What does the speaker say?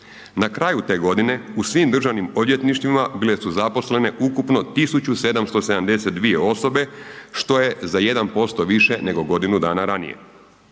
Na kraju te godine u svim državnim odvjetništvima bile su zaposlene ukupno 1.772 osobe što je za 1% više nego godinu dana ranije.